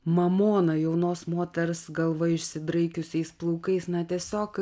mamoną jaunos moters galva išsidraikiusiais plaukais na tiesiog